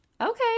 Okay